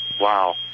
Wow